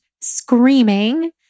screaming